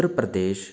Uttar Pradesh